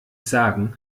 sagen